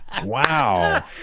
Wow